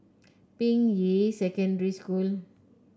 Ping Yi Secondary School